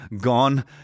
gone